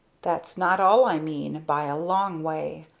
that's not all i mean by a long way,